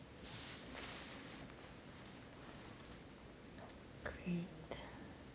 great uh